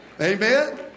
Amen